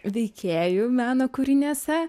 veikėju meno kūriniuose